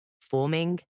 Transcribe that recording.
forming